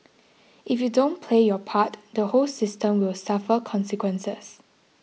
if you don't play your part the whole system will suffer consequences